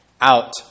out